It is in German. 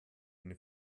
eine